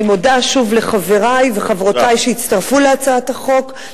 אני מודה שוב לחברי וחברותי שהצטרפו להצעת החוק,